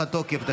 הארכת תוקף),